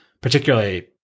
particularly